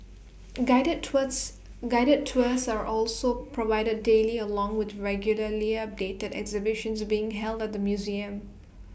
guided tours guided tours are also provided daily along with regularly updated exhibitions being held at the museum